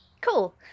Cool